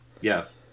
Yes